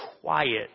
quiet